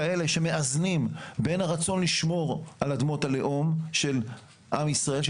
כאלה שמאזנים בין הרצון לשמור על אדמות הלאום של עם ישראל,